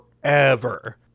forever